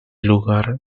lugar